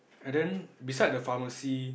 and then beside the pharmacy